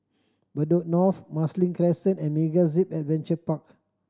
Bedok North Marsiling Crescent and MegaZip Adventure Park